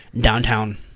downtown